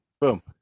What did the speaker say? Boom